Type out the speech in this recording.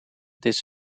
this